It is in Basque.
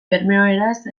bermeoeraz